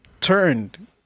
turned